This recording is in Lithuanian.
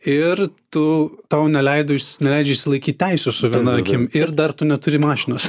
ir tu tau neleido išs neleidžia išsilaikyt teisių su viena akim ir dar tu neturi mašinos